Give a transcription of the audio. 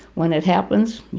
when it happens,